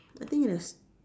I think it is